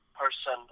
person